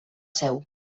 seu